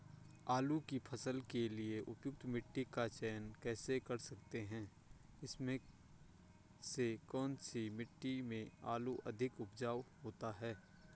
आलू की फसल के लिए उपयुक्त मिट्टी का चयन कैसे कर सकते हैं इसमें से कौन सी मिट्टी में आलू अधिक उपजाऊ होता है?